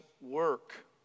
work